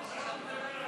להצעת החוק.